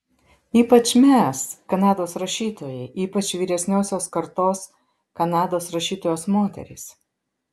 ypač mes kanados rašytojai ypač vyresniosios kartos kanados rašytojos moterys